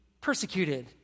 persecuted